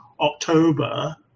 october